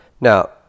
Now